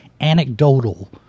anecdotal